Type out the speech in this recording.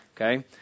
okay